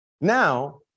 Now